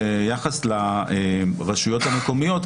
ביחס לרשויות המקומיות,